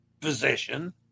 position